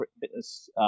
fitness